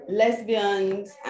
lesbians